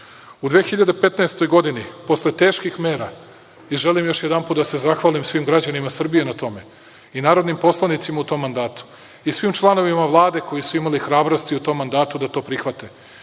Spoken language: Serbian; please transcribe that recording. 2015. godini posle teških mera, i želim još jedanput da se zahvalim svim građanima Srbije na tome, i narodnim poslanicima u tom mandatu i svim članovima Vlade koji su imali hrabrosti u tom mandatu da to prihvate